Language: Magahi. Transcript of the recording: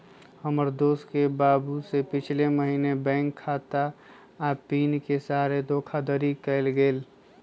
हमर दोस के बाबू से पिछले महीने बैंक खता आऽ पिन के सहारे धोखाधड़ी कएल गेल